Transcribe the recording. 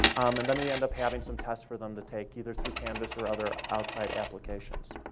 um and then we end up having some tests for them to take, either through canvas or other outside applications.